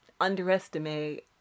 underestimate